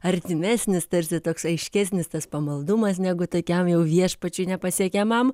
artimesnis tarsi toks aiškesnis tas pamaldumas negu tokiam jau viešpačiui nepasiekiamam